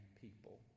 people